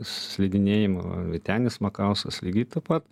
slidinėjimo vytenis makauskas lygiai taip pat